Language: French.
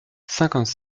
cinquante